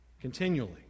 continually